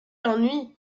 ennui